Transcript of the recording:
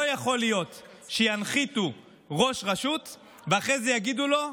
לא יכול להיות שינחיתו ראש רשות ואחרי זה יגידו לו: